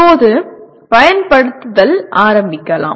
இப்போது 'பயன்படுத்துதல்' ஆரம்பிக்கலாம்